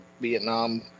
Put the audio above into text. vietnam